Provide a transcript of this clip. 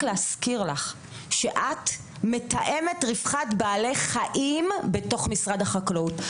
להזכיר לך שאת מתאמת רווחת בעלי חיים בתוך משרד החקלאות,